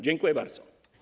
Dziękuję bardzo.